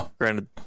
Granted